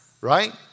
right